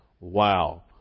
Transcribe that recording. wow